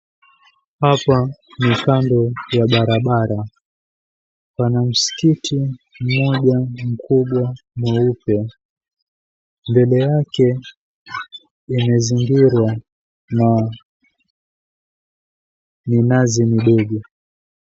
Hapa ni kando ya barabara. Pana msikiti mmoja mkubwa mweupe. Mbele yake, imezingirwa na minazi midogo.